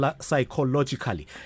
psychologically